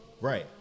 Right